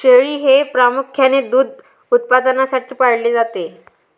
शेळी हे प्रामुख्याने दूध उत्पादनासाठी पाळले जाते